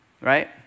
Right